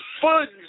funds